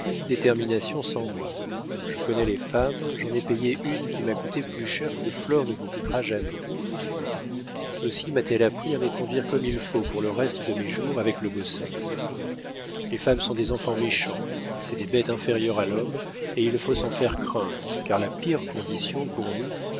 détermination sans moi je connais les femmes j'en ai payé une qui m'a coûté plus cher que flore ne vous coûtera jamais aussi m'a-t-elle appris à me conduire comme il faut pour le reste de mes jours avec le beau sexe les femmes sont des enfants méchants c'est des bêtes inférieures à l'homme et il faut s'en faire craindre car la pire condition pour nous